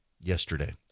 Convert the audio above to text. yesterday